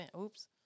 oops